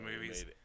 movies